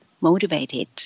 motivated